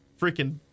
freaking